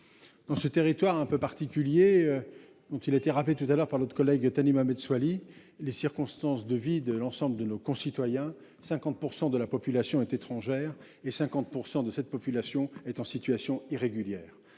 Dans ce territoire un peu particulier. Ont-ils été rappelé tout à l'heure par notre collègue Thani Mohamed Soilihi. Les circonstances de vie de l'ensemble de nos concitoyens. 50% de la population est étrangère et 50% de cette population est en situation irrégulière